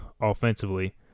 offensively